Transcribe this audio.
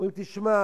היו אומרים: תשמע,